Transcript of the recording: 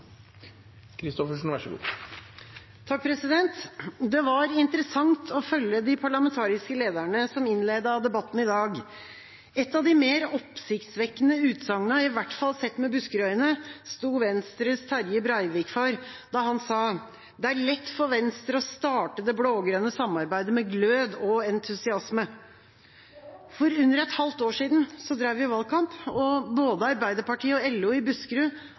regjeringen er så opptatt av i sin erklæring. Med et seriøst og organisert arbeidsliv bygges et rettferdig samfunn med muligheter til alle. Det var interessant å følge de parlamentariske lederne, som innledet debatten i dag. Et av de mer oppsiktsvekkende utsagnene, i hvert fall sett med Buskerud-øyne, sto Venstres Terje Breivik for da han sa: Det er lett for Venstre å starte det blå-grønne samarbeidet med glød og entusiasme. For under et halvt år siden drev vi valgkamp, og både